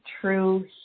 true